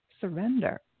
surrender